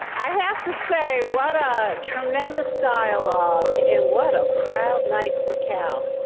i have to say, what a tremendous dialogue and what a proud night for cal.